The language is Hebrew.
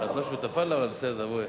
את לא שותפה לה, אבל בסדר, בואי.